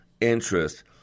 interest